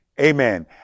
amen